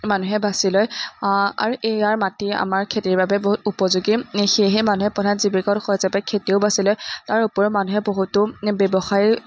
মানুহে বাছি লয় আৰু এইয়াৰ মাটি আমাৰ খেতিৰ বাবে বহুত উপযোগী সেয়েহে মানুহে প্ৰধান জীৱিকাৰ উৎস হিচাপে খেতিও বাছি লয় তাৰ উপৰিও মানুহে বহুতো ব্যৱসায়